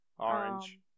orange